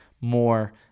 more